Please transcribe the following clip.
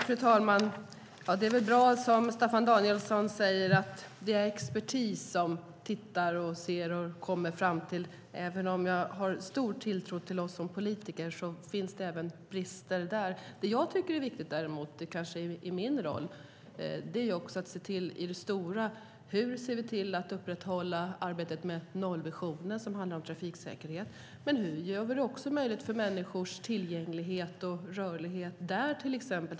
Fru talman! Det är bra, som Staffan Danielsson säger, att det är expertis som tittar på detta. Även om jag har tilltro till politiker finns det brister även där. Det jag tycker är viktigt däremot i min roll är att se till det stora hela. Hur ser vi till att upprätthålla arbetet med nollvisionen, som handlar om trafiksäkerhet? Hur ser vi till tillgänglighet och människors rörlighet?